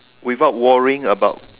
without worrying about